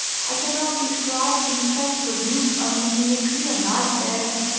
i can not describe the effect produced on me in the clear night air,